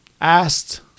asked